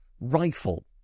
rifle